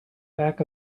back